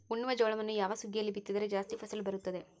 ಉಣ್ಣುವ ಜೋಳವನ್ನು ಯಾವ ಸುಗ್ಗಿಯಲ್ಲಿ ಬಿತ್ತಿದರೆ ಜಾಸ್ತಿ ಫಸಲು ಬರುತ್ತದೆ?